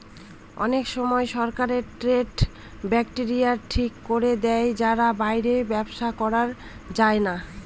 অনেক সময় সরকার ট্রেড ব্যারিয়ার ঠিক করে দেয় যার বাইরে ব্যবসা করা যায় না